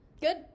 Good